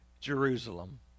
Jerusalem